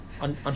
on